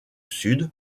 sud